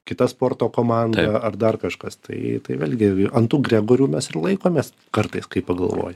kita sporto komanda ar dar kažkas tai tai vėlgi ant tų gregorių mes ir laikomės kartais kai pagalvoji